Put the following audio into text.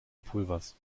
pulvers